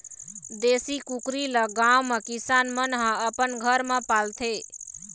देशी कुकरी ल गाँव म किसान मन ह अपन घर म पालथे